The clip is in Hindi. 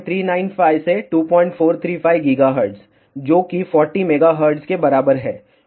2395 से 2435 GHz जो कि 40 MHz के बराबर है